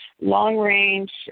long-range